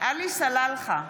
עלי סלאלחה,